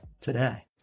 today